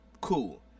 Cool